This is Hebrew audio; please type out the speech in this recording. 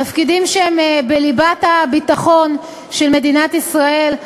תפקידים שהם בליבת הביטחון של מדינת ישראל,